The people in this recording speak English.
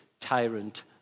tyrant